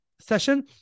session